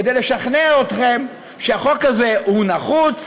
כדי לשכנע אתכם שהחוק הזה הוא נחוץ,